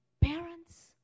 parents